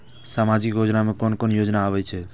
सामाजिक योजना में कोन कोन योजना आबै छै?